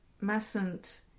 mustn't